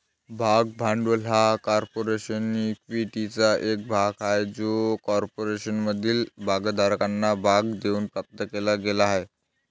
भाग भांडवल हा कॉर्पोरेशन इक्विटीचा एक भाग आहे जो कॉर्पोरेशनमधील भागधारकांना भाग देऊन प्राप्त केला गेला आहे